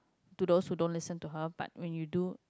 to those who don't listen to her but when you do